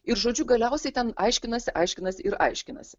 ir žodžiu galiausiai ten aiškinasi aiškinasi ir aiškinasi